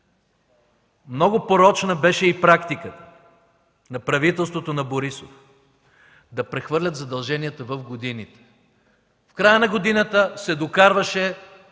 Много порочна беше и практиката на правителството на Борисов да прехвърлят задълженията в годините. В края на годината се докарваше